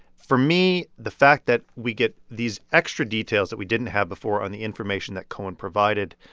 for me, the fact that we get these extra details that we didn't have before on the information that cohen provided,